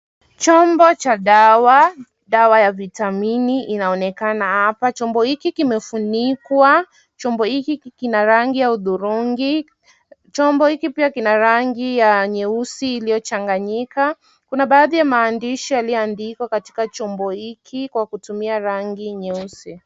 Chombo cha dawa. Dawa ya vitamini inaonekana hapa. Chombo hiki kimefunikwa. Chombo hiki kina rangi ya hudhurungi. Chombo hiki pia kina rangi ya nyeusi iliyochanganyika. Kuna baadhi ya maandishi yaliyoandikwa katika chombo hiki kwa kutumia rangi nyeusi.